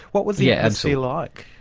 what was the atmosphere like?